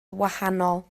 wahanol